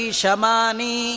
shamani